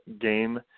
game